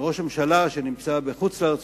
כשראש ממשלה שנמצא בחוץ-לארץ,